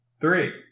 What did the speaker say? three